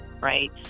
Right